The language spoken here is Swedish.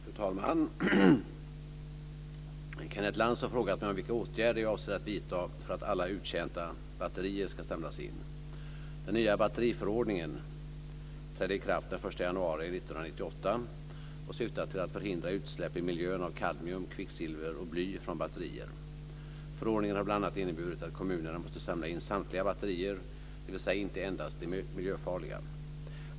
Fru talman! Kenneth Lantz har frågat mig om vilka åtgärder jag avser att vidta för att alla uttjänta batterier ska samlas in. 1 januari 1998 och syftar till att förhindra utsläpp i miljön av kadmium, kvicksilver och bly från batterier. Förordningen har bl.a. inneburit att kommunerna måste samla in samtliga batterier, dvs. inte endast de miljöfarliga.